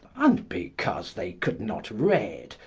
and because they could not reade,